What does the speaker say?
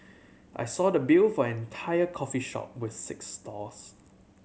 I saw the bill for an entire coffee shop with six stalls